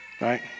right